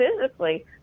physically